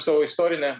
savo istorinę